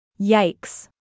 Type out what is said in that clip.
Yikes